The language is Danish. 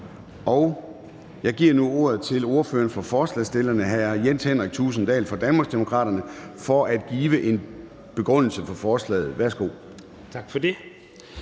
Jeg giver nu ordet til ordføreren for forslagsstillerne, hr. Jens Henrik Thulesen Dahl fra Danmarksdemokraterne, for at give en begrundelse for forslaget. Værsgo. Kl.